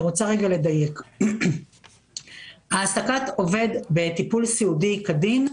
אני רוצה לדייק: העסקת עובד בטיפול סיעודי כדין,